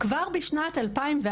כבר בשנת 2004